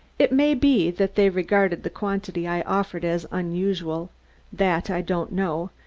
it may be that they regarded the quantity i offered as unusual that i don't know,